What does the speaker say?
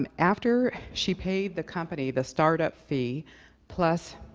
um after she paid the company the start-up fee plus